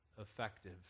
effective